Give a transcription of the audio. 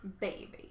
baby